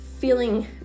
Feeling